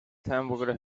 hamburger